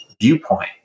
viewpoint